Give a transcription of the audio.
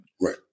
Right